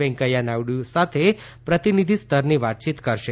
વેંકૈયા નાયડુ સાથે પ્રતિનિધિ સ્તરની વાતચીત કરશે